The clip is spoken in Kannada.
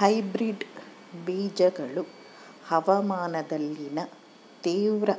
ಹೈಬ್ರಿಡ್ ಬೇಜಗಳು ಹವಾಮಾನದಲ್ಲಿನ ತೇವ್ರ